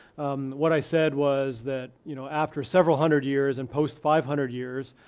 what i said was that, you know, after several hundred years, and post five hundred years,